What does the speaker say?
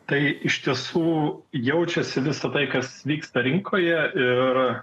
tai iš tiesų jaučiasi visa tai kas vyksta rinkoje ir